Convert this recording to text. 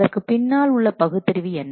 அதற்கு பின்னால் உள்ள பகுத்தறிவு என்ன